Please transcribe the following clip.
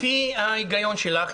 לפי ההיגיון שלך,